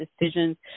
decisions